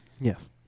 Yes